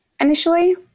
initially